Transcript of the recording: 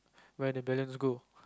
where the balance go